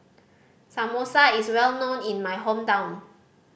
samosa is well known in my hometown